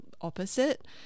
opposite